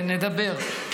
נדבר.